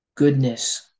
Goodness